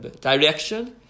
direction